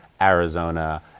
Arizona